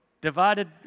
divided